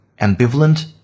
ambivalent